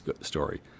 story